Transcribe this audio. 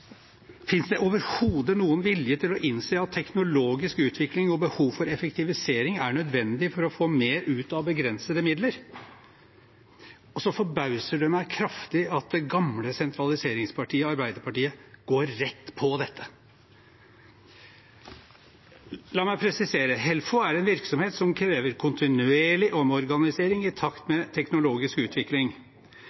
Finnes det overhodet noen vilje til å innse at teknologisk utvikling og effektivisering er nødvendig for å få mer ut av begrensede midler? Det forbauser meg også kraftig at det gamle sentraliseringspartiet Arbeiderpartiet går rett på dette. La meg presisere: Helfo er en virksomhet som krever kontinuerlig omorganisering i takt